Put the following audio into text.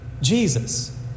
Jesus